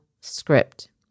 script